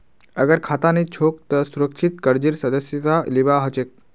अगर खाता नी छोक त सुरक्षित कर्जेर सदस्यता लिबा हछेक